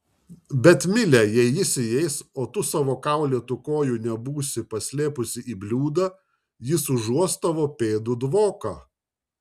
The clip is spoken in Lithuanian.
bet mile jei jis įeis o tu savo kaulėtų kojų nebūsi paslėpus į bliūdą jis užuos tavo pėdų dvoką